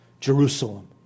Jerusalem